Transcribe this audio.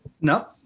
No